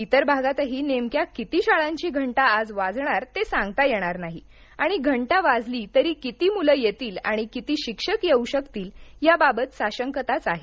इतर भागातही नेमक्या किती शाळांची घंटा आज वाजणार ते सांगता येणार नाही आणि घंटा वाजली तरी किती मुलं येतील आणि किती शिक्षक येऊ शकतील याबाबत साशंकताच आहे